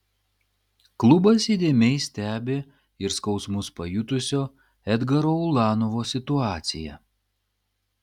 klubas įdėmiai stebi ir skausmus pajutusio edgaro ulanovo situaciją